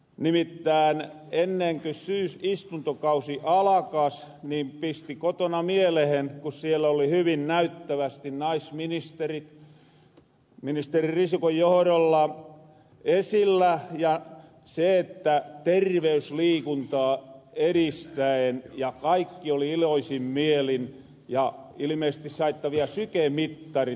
nimittään ennenkö syysistuntokausi alakas niin pisti kotona mielehen ku siel oli hyvin näyttävästi naisministerit ministeri risikon johrolla esillä ja terveysliikuntaa eristäen ja kaikki oli iloisin mielin ja ilmeisesti saitte viel sykemittarit